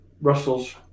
Russell's